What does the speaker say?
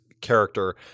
character